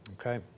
Okay